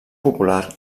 popular